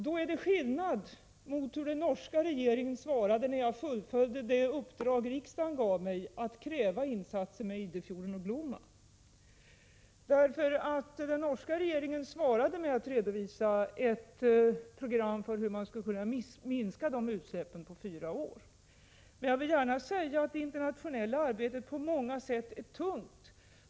Det är skillnad på hur den norska regeringen svarade, då jag fullföljde det uppdrag som riksdagen givit mig att kräva insatser i Idefjorden och Glomma. Den norska regeringen svarade med att redovisa ett program för hur man skulle kunna minska de utsläppen på fyra år. Jag vill gärna säga att det internationella arbetet på många sätt är tungt.